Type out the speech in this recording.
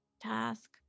Task